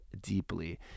deeply